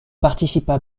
participa